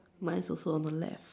mine's also on the left